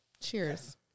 Cheers